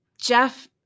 Jeff